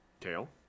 Tail